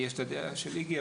יש את הדעה של איגי,